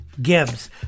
Gibbs